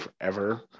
forever